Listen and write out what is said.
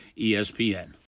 espn